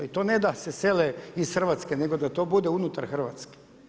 I to ne da se sele iz Hrvatske nego da to bude unutar Hrvatske.